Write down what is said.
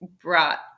brought